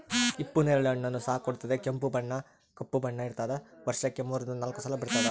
ಹಿಪ್ಪು ನೇರಳೆ ಹಣ್ಣನ್ನು ಸಹ ಕೊಡುತ್ತದೆ ಕೆಂಪು ಕಪ್ಪು ಬಣ್ಣ ಇರ್ತಾದ ವರ್ಷಕ್ಕೆ ಮೂರರಿಂದ ನಾಲ್ಕು ಸಲ ಬಿಡ್ತಾದ